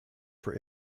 for